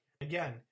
Again